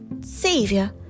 savior